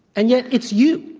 and yet it's you.